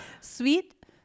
Sweet